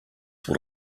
what